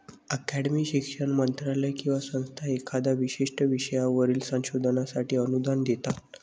अकादमी, शिक्षण मंत्रालय किंवा संस्था एखाद्या विशिष्ट विषयावरील संशोधनासाठी अनुदान देतात